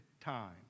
time